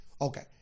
Okay